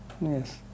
Yes